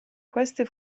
queste